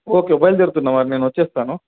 okay బయలుదేరుతున్నా మరి నేను వచ్చేస్తాను